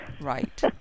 Right